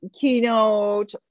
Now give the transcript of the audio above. keynote